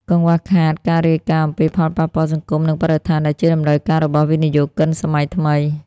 កង្វះខាតការរាយការណ៍អំពីផលប៉ះពាល់សង្គម និងបរិស្ថាន ដែលជាតម្រូវការរបស់វិនិយោគិនសម័យថ្មី។